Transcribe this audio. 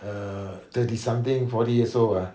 err thirty something forty years old ah